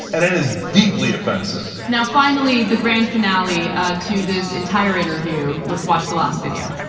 and it is deeply offensive. now finally, the grand finale to this entire interview, let's watch the last video.